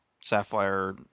Sapphire